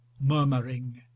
murmuring